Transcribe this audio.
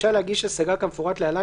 רשאי להגיש השגה כמפורט להלן,